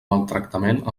maltractament